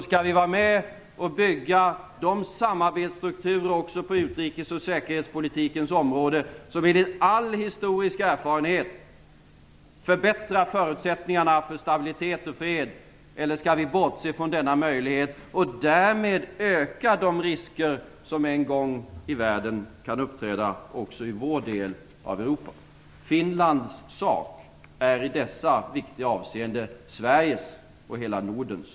Skall vi vara med och bygga de samarbetsstrukturer också på utrikes och säkerhetspolitikens område som enligt all historisk erfarenhet förbättrar förutsättningarna för stabilitet och fred eller skall vi bortse från denna möjlighet och därmed öka de risker som en gång i världen kan uppträda också i vår del av Europa? Finlands sak är i dessa viktiga avseenden Sveriges och hela Nordens sak.